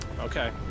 Okay